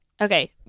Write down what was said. okay